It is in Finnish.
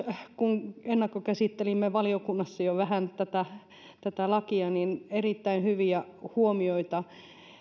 kun ennakkokäsittelimme valiokunnassa jo vähän tätä tätä lakia nousi esille erittäin hyviä huomioita